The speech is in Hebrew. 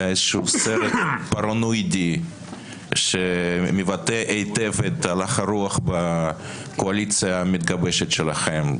לאיזשהו סרט פרנואידי שמבטא היטב את הלך הרוח בקואליציה המתגבשת שלכם,